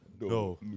No